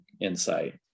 insight